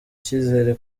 icyizere